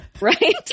Right